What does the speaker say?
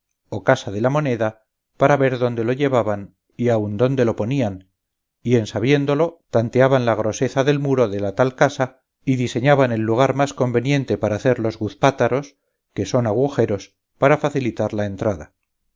o casa de la moneda para ver dónde lo llevaban y aun dónde lo ponían y en sabiéndolo tanteaban la groseza del muro de la tal casa y diseñaban el lugar más conveniente para hacer los guzpátaros que son agujeros para facilitar la entrada